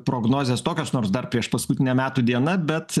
prognozės tokios nors dar priešpaskutinė metų diena bet